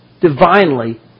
divinely